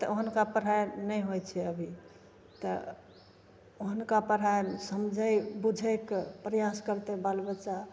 ओहनका पढ़ाइ नहि होइ छै अभी तऽ ओहनका पढ़ाइ समझै बुझैके प्रयास करतै बाल बच्चा तब